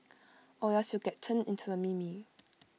or else you get turned into A meme